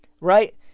right